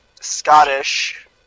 Scottish